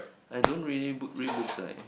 I don't really book read books eh